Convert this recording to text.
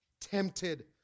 tempted